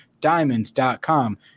diamonds.com